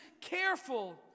Careful